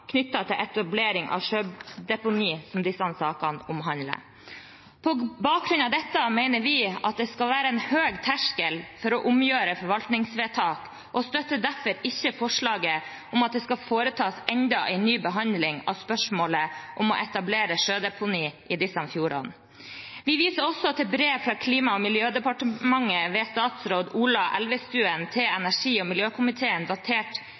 knyttet til etablering av sjødeponi, som disse sakene omhandler. På bakgrunn av dette mener vi det skal være en høy terskel for å omgjøre forvaltningsvedtak, og støtter derfor ikke forslaget om at det skal foretas enda en ny behandling av spørsmålet om å etablere sjødeponi i disse fjordene. Vi viser også til brev fra Klima- og miljødepartementet, ved statsråd Ola Elvestuen, til energi- og miljøkomiteen, datert